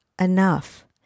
enough